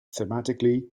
thematically